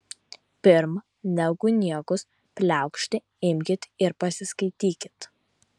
pirm negu niekus pliaukšti imkit ir pasiskaitykit